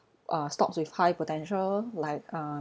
uh stocks with high potential like uh